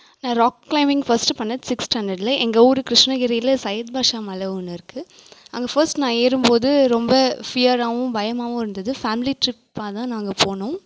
நான் rock climbing first பண்ணது sixth ஸ்டாண்டர்டில் எங்கள் ஊர் கிருஷ்ணகிரியில் சையத்பஷா மலை ஒன்று இருக்குது அங்கே ஃபர்ஸ்ட் நான் ஏறும்போது ரொம்ப ஃபியராகவும் பயமாகவும் இருந்தது ஃபேமிலி ட்ரிப்பாக தான் நாங்கள் போனோம்